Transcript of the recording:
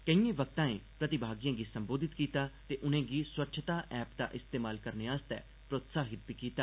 केईयें बक्ताएं प्रतिभागिएं गी संबोधित कीता ते उनेंगी स्वच्छता ऐप्प दा इस्तेमाल करने लेई प्रोत्साहित कीता